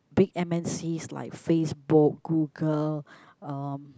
big M_N_Cs like Facebook Google um